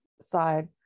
side